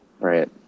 Right